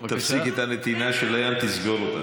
תפסיק את הנתינה של הים, תסגור אותן.